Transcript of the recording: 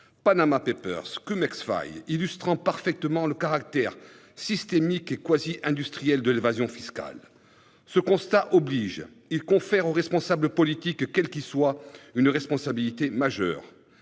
financiers- ,,-, illustrant parfaitement le caractère systémique et quasiment industriel de l'évasion fiscale. Ce constat confère aux responsables politiques, quels qu'ils soient, une responsabilité majeure.